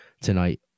tonight